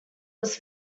was